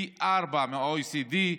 פי ארבעה מה-OECD.